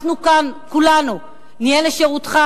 אנחנו כאן כולנו נהיה לשירותך,